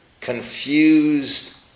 confused